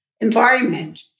environment